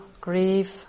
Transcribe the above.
grief